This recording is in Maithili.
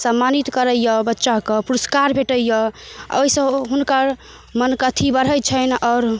सम्मानित करैए बच्चा कऽ पुरस्कार भेटैए ओहिसँ हुनकर मनके अथी बढ़ैत छैन आओर